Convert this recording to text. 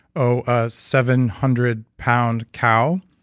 oh, a seven hundred pound cow,